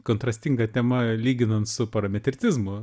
kontrastinga tema lyginant su parametritizmu